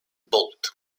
bolt